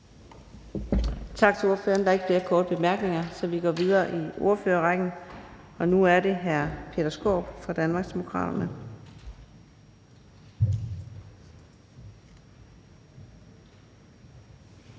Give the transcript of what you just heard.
Tak til ordføreren. Der er ikke flere korte bemærkninger, så vi går videre i ordførerrækken, og nu er det hr. Peter Skaarup fra Danmarksdemokraterne.